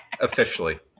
officially